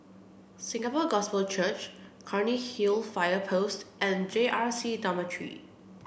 Singapore Gospel Church Cairnhill Fire Post and J R C Dormitory